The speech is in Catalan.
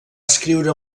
escriure